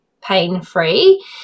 pain-free